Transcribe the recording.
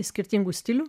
skirtingų stilių